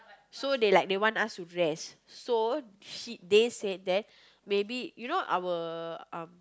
so they like they want us to rest so she they said that maybe you know our um